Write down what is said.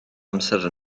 amser